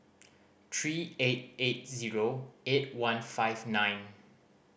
three eight eight zero eight one five nine